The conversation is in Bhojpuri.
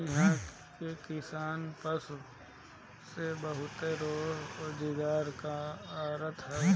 इहां के किसान पशुपालन से बहुते रोजगार करत हवे